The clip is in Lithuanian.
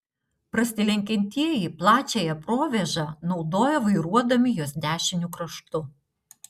prasilenkiantieji plačiąją provėžą naudoja vairuodami jos dešiniu kraštu